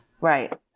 Right